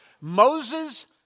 Moses